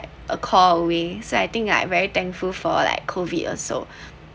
a call away so I think like very thankful for like COVID also